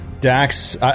Dax